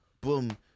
Boom